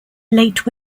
late